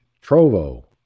trovo